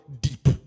deep